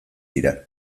dira